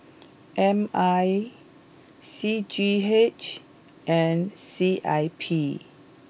M I C G H and C I P